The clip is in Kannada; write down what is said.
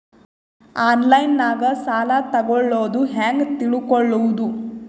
ಆನ್ಲೈನಾಗ ಸಾಲ ತಗೊಳ್ಳೋದು ಹ್ಯಾಂಗ್ ತಿಳಕೊಳ್ಳುವುದು?